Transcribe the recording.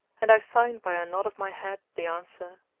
and i signed by a nod of my head the answer,